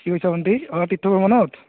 কি কৈছা ভন্টি অঁ তীৰ্থ ভ্ৰমণত